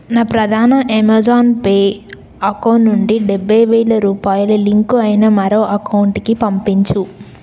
నా ప్రధాన Amazon Pay account నుండి డెబ్భై వేలు రూపాయలు లింకు అయిన మరో అకౌంటుకి పంపించు